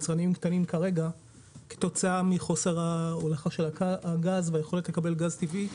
יצרנים קטנים כתוצאה מחוסר הולכה של הגז והיכולת לקבל גז טבעי.